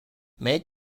make